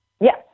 Yes